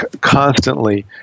constantly